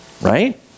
Right